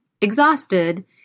exhausted